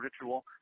ritual